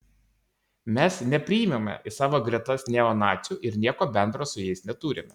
mes nepriimame į savo gretas neonacių ir nieko bendro su jais neturime